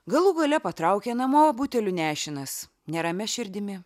galų gale patraukė namo buteliu nešinas neramia širdimi